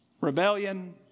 Rebellion